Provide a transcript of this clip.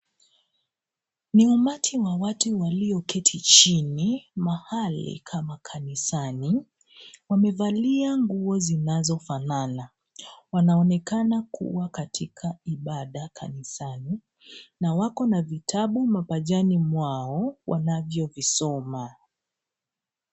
Ni umati wa watu walioketi chini mahali kama kanisani. Wamevalia nguo zinazofanana. Wanaonekana kuwa katika ibada kanisani na wako na vitabu mapajani mwano wanavyovisoma.